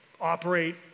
operate